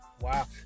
Wow